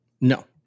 No